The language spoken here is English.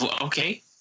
okay